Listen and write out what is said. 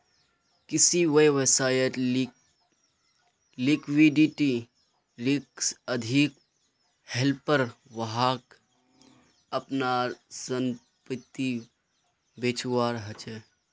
किसी व्यवसायत लिक्विडिटी रिक्स अधिक हलेपर वहाक अपनार संपत्ति बेचवा ह छ